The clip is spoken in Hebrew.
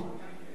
אני במקומו.